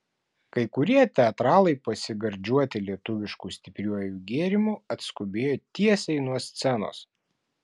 kai kurie teatralai pasigardžiuoti lietuvišku stipriuoju gėrimu atskubėjo tiesiai nuo scenos